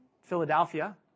Philadelphia